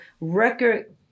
record